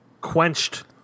quenched